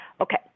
Okay